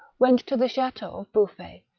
went to the chateau of bouflfay,